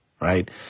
right